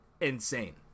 insane